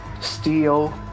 steel